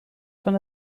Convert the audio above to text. van